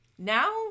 Now